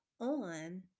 on